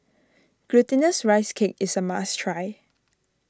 Glutinous Rice Cake is a must try